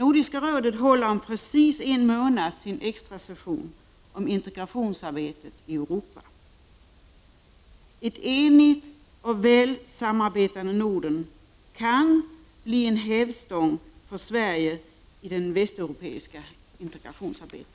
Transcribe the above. Om en månad håller Nordiska rådet sin extrasession om integrationsarbetet i Europa. Ett enigt och väl samarbetande Norden kan bli en hävstång för Sverige i det västeuropeiska integrationsarbetet.